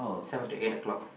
seven to eight o-clock